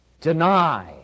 deny